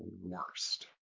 worst